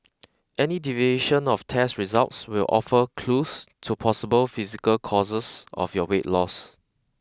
any deviation of test results will offer clues to possible physical causes of your weight loss